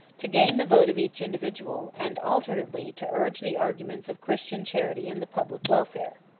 to gain the vote of each individual, and alternately to urge the arguments of christian charity and the public welfare.